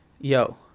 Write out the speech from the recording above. yo